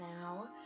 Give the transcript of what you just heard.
now